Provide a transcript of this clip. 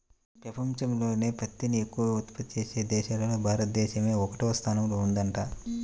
పెపంచంలోనే పత్తిని ఎక్కవగా ఉత్పత్తి చేసే దేశాల్లో భారతదేశమే ఒకటవ స్థానంలో ఉందంట